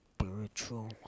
spiritual